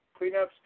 cleanups